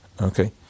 okay